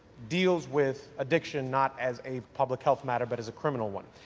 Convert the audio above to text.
deals with addiction not as a public health matter but as a criminal one.